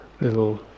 little